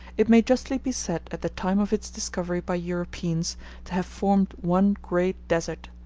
it may justly be said at the time of its discovery by europeans to have formed one great desert.